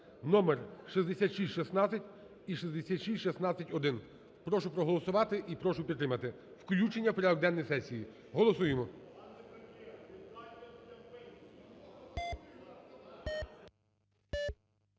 (номер 6616 і 6616-1). Прошу проголосувати і прошу підтримати включення в порядок денний сесії. Голосуємо.